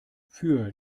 für